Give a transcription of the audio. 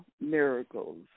miracles